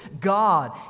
God